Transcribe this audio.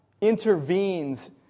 intervenes